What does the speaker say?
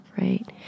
right